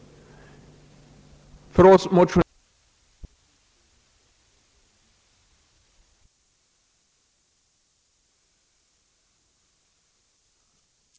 Jag vill i dag slutligen endast erinra om att årets motion är framburen av representanter för fyra partier i båda kamrarna. Herr talman! Jag ber än en gång att få yrka bifall till reservationen.